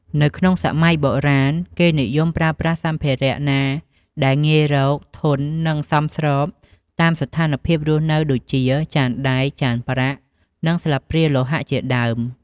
នៅក្នុងសម័យបុរាណគេនិយមប្រើប្រាស់សម្ភារៈណាដែលងាយរក ធន់ និងសមស្របតាមស្ថានភាពរស់នៅដូចជា ចានដែក ចានប្រាក់ និងស្លាបព្រាលោហៈជាដើម។